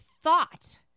thought